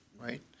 right